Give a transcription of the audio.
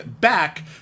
back